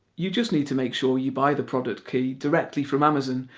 you just need to make sure you buy the product key directly from amazon,